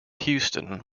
houston